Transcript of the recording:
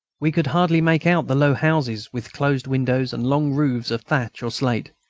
we could hardly make out the low houses with closed windows and long roofs of thatch or slate,